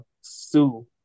Sue